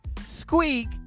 squeak